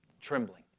trembling